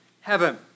heaven